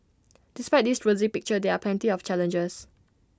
despite this rosy picture there are plenty of challenges